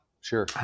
Sure